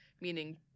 meaning